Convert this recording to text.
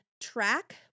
track